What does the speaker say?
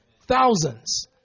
Thousands